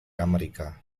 amerika